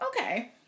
Okay